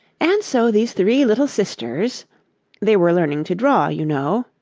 and so these three little sisters they were learning to draw, you know